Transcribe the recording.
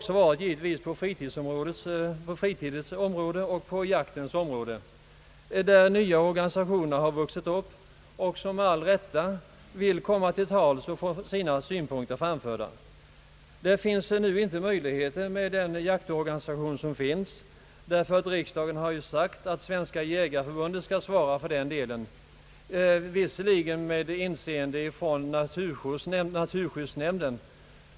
Så är det också på fritidens och jaktens områden, där nya organisationer växt upp, vilka med all rätt vill komma till tals och få sina synpunkter framförda. Det finns inte möjlighet härtill med den jaktorganisation som finns, ty riksdagen har sagt att Svenska jägareförbundet skall svara för den delen, visserligen med inseende från naturskyddsnämnden.